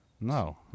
No